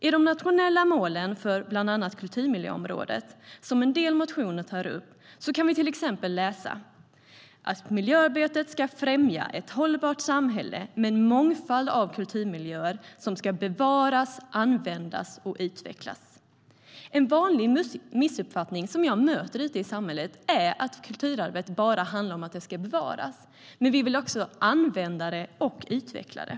I de nationella målen för bland annat kulturmiljöområdet, som en del motioner tar upp, kan vi till exempel läsa att miljöarbetet ska främja ett hållbart samhälle med en mångfald av kulturmiljöer som ska bevaras, användas och utvecklas. En vanlig missuppfattning som jag möter ute i samhället är att kulturarvet bara handlar om att bevara, men vi vill använda kulturarvet och utveckla det.